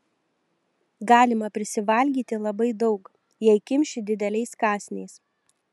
galima prisivalgyti labai daug jei kimši dideliais kąsniais